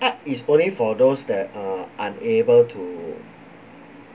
art is only for those that are unable to